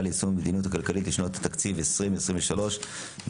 ליישום המדיניות הכלכלית לשנות התקציב 2023 ו-2024),